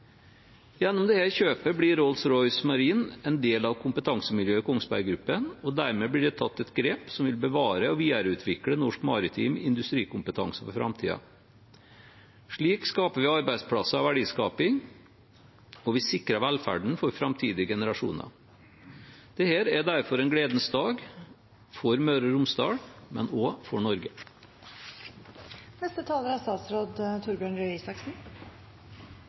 Gjennom dette kjøpet blir Rolls-Royce Marine en del av kompetansemiljøet i Kongsberg Gruppen, og dermed blir det tatt et grep som vil bevare og videreutvikle norsk maritim industrikompetanse for framtiden. Slik skaper vi arbeidsplasser og verdiskaping, og vi sikrer velferden for framtidige generasjoner. Dette er derfor en gledens dag for Møre og Romsdal, men også for Norge. La meg også få takke komiteen og saksordføreren for rask behandling. Jeg er